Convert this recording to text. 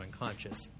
unconscious